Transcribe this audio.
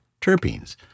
terpenes